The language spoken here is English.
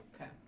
Okay